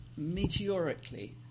meteorically